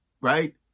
Right